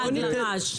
לעג לרש.